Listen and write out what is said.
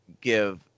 give